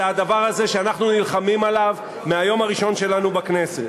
אלא הדבר הזה שאנחנו נלחמים עליו מהיום הראשון שלנו בכנסת.